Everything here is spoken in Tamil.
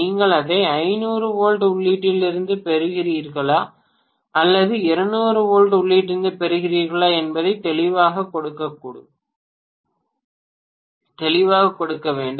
நீங்கள் அதை 500 வோல்ட் உள்ளீட்டிலிருந்து பெறுகிறீர்களா அல்லது 200 வோல்ட் உள்ளீட்டிலிருந்து பெறுகிறீர்களா என்பதை தெளிவாகக் கொடுக்க வேண்டும்